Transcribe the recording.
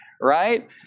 right